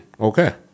Okay